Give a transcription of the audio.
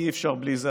כי אי-אפשר בלי זה,